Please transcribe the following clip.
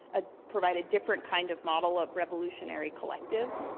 ah provide a different kind of model of revolutionary collective.